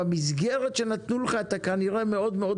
במסגרת שנתנו לך אתה כנראה מאוד,